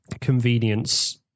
convenience